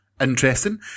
Interesting